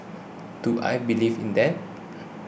do I believe in that